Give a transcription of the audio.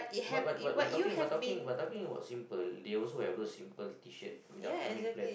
but but but but talking but talking but talking about simple they also have those simple T-shirt without I mean plain